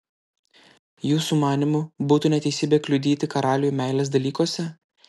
jūsų manymu būtų neteisybė kliudyti karaliui meilės dalykuose